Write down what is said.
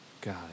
God